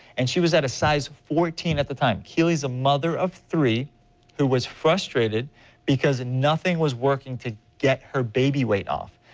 and she was at a size fourteen at the time. she' a mother of three who was frustrated because nothing was working to get her baby weight off.